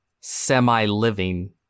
semi-living